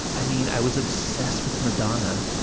i mean, i was obsessed with madonna.